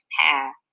path